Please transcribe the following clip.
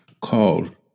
called